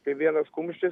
kai vienas kumštis